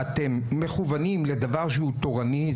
אתם מכוונים לדבר שהוא תורני,